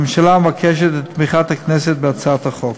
הממשלה מבקשת את תמיכת הכנסת בהצעת החוק.